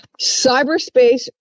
Cyberspace